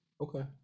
Okay